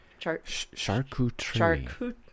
Charcuterie